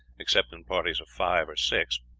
except in parties of five or six.